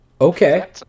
Okay